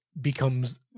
becomes